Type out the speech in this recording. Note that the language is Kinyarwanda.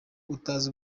utazi